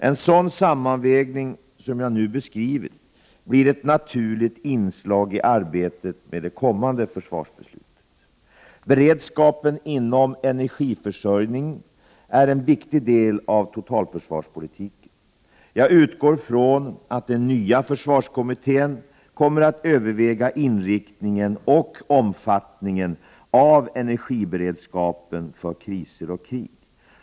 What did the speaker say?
En sådan sammanvägning som jag nu har beskrivit blir ett naturligt inslag i arbetet med det kommande försvarsbeslutet. Beredskapen inom energiförsörjningen är en viktig del av totalförsvarspolitiken. Jag utgår från att den nya försvarskommittéen kommer att överväga inriktningen och omfattningen av energiberedskapen för kriser och krig.